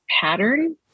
pattern